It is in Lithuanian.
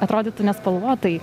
atrodytų nespalvotai